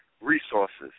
resources